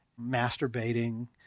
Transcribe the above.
masturbating